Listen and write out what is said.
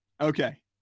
Okay